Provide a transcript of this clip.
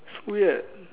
weird